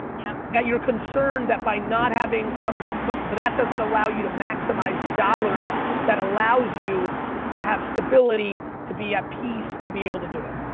yeah that you're concerned that by not having some. but but that doesn't allow you to maximize dollars that allows you to have stability to be at peace to be able to do it.